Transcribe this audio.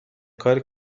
کاری